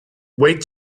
wait